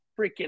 freaking